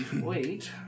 Wait